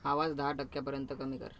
आवाज दहा टक्क्यापर्यंत कमी कर